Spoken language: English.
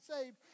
saved